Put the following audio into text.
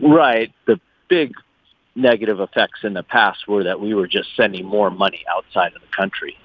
right. the big negative effects in the past were that we were just sending more money outside of the country,